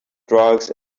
drugs